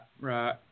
right